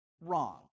wrong